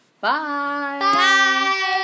Bye